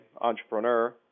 entrepreneur